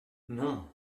non